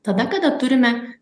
tada kada turime